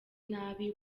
nabi